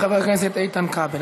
חבר הכנסת איתן כבל.